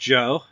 Joe